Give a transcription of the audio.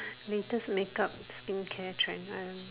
latest makeup skincare trend I don't know